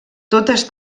totes